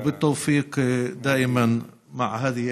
תהיה בריא.) (אומר בערבית: